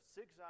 six